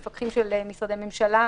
מפקחים של משרדי ממשלה,